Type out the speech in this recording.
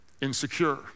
insecure